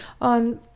on